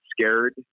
scared